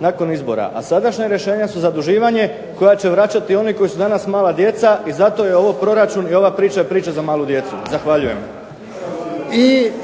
nakon izbora, a sadašnja rješenja su zaduživanje koja će vraćati oni koji su danas mala djeca i zato je ovo proračun i ova priča, priča za malu djecu. Zahvaljujem. **Jarnjak, Ivan (HDZ)**